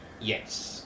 Yes